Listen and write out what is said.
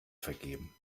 vergeben